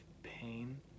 pain